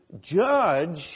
judge